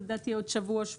לדעתי בעוד שבוע או שבועיים.